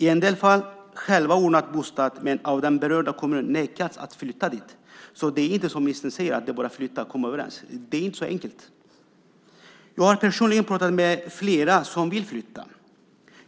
I en del fall har de själva ordnat bostad men nekats av den berörda kommunen att flytta dit. Det är inte som ministern säger - att det bara är att flytta och komma överens. Det är inte så enkelt. Jag har personligen pratat med flera som vill flytta.